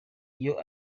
iyo